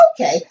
Okay